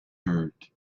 herd